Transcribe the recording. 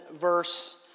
verse